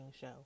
show